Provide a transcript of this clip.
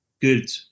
good